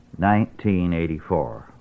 1984